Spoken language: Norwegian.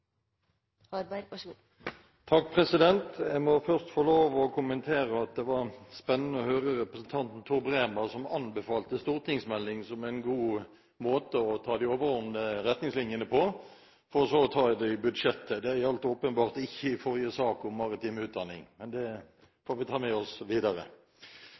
ved protokollen. Så får me ta realiseringa der ho høyrer heime, nemleg i dei årlege budsjettprosessane. Jeg må først få lov til å kommentere at det var spennende å høre representanten Tor Bremer anbefale stortingsmelding som en god måte å ta de overordnede retningslinjene på, for så å ta det i budsjettet. Det gjaldt åpenbart ikke i forrige sak om maritim utdanning. Men det får vi ta med oss